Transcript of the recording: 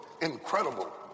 incredible